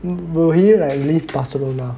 wo~ would he like leave Barcelona